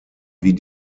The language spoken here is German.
wie